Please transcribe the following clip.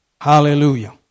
Hallelujah